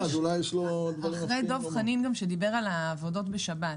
דב חנין דיבר על עבודות בשבת.